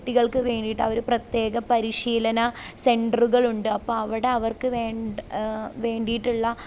കുട്ടികൾക്കു വേണ്ടിയിട്ട് അവർ പ്രത്യേക പരിശീലന സെൻറ്ററുകളുണ്ട് അപ്പം അവിടെ അവർക്കുവേണ്ട വേണ്ടിയിട്ടുള്ള